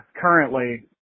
currently